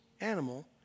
animal